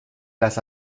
las